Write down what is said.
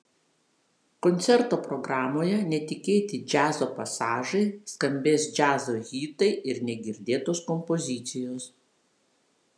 koncerto programoje netikėti džiazo pasažai skambės džiazo hitai ir negirdėtos kompozicijos